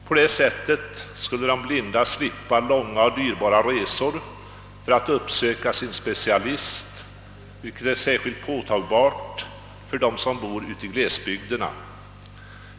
På det sättet skulle de blinda slippa långa och dyrbara resor för att uppsöka sin specialist — det är ju särskilt besvärligt för dem som bor ute i glesbygderna att kontakta en specialist.